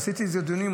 עשיתי על זה דיונים,